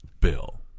Bill